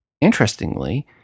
Interestingly